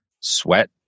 sweat